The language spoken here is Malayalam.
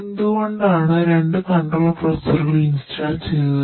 എന്തുകൊണ്ടാണ് രണ്ട് കൺട്രോൾ പ്രൊസസറുകൾ ഇൻസ്റ്റാൾ ചെയ്തത്